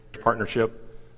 partnership